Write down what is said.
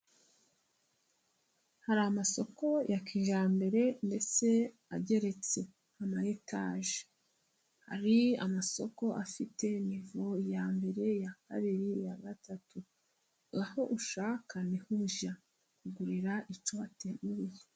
Hari amasoko ya kijyambere ndetse ageretse amayetaje, hari amasoko afite nivo ya mbere iya kabiri iya gatatu, aho ushaka ni ho ujya kugurira icyo wateguye.